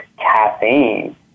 caffeine